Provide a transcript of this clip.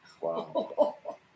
Wow